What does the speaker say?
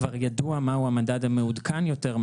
כבר ידוע מהו המדד המעודכן יותר,